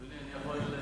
אדוני, אני יכול,